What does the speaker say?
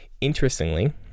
Interestingly